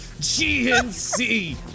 GNC